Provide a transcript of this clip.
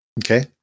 Okay